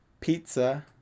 pizza